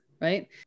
right